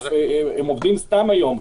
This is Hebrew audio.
הם עובדים סתם היום,